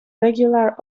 regular